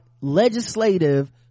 legislative